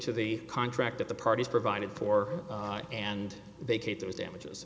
to the contract that the parties provided for and they keep those damages